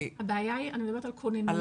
הבעיה היא כוננויות,